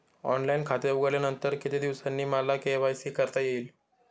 Online खाते उघडल्यानंतर किती दिवसांनी मला के.वाय.सी करता येईल?